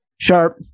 Sharp